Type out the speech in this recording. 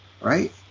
right